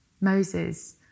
Moses